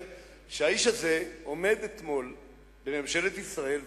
הציבור שלנו לא מכיר אותך כמו שכצל'ה מכיר אותך.